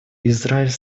израиль